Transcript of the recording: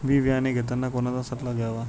बी बियाणे घेताना कोणाचा सल्ला घ्यावा?